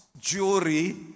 jury